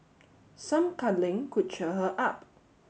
some cuddling could cheer her up